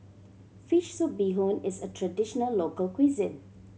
fish soup bee hoon is a traditional local cuisine